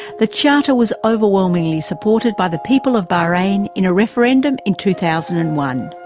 the charter was overwhelmingly supported by the people of bahrain in a referendum in two thousand and one.